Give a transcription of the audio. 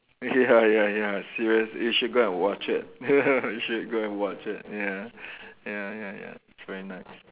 ya ya ya serious you should go and watch it you should go and watch it ya ya ya ya it's very nice